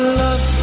love